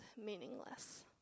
meaningless